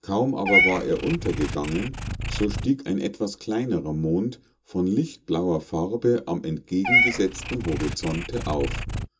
kaum aber war er untergegangen so stieg ein etwas kleinerer mond von lichtblauer farbe am entgegengesetzten horizonte auf